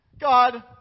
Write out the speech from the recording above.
God